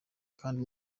kandi